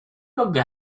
longer